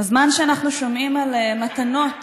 בזמן שאנחנו שומעים על מתנות